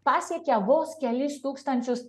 pasiekė vos kelis tūkstančius